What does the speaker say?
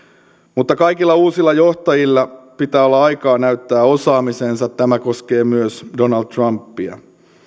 mutta kaikilla uusilla johtajilla pitää olla aikaa näyttää osaamisensa tämä koskee myös donald trumpia